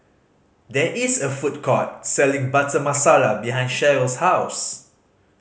there is a food court selling Butter Masala behind Sheryl's house